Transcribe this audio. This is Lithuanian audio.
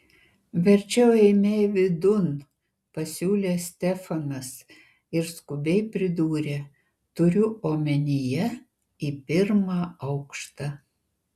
verčiau eime vidun pasiūlė stefanas ir skubiai pridūrė turiu omenyje į pirmą aukštą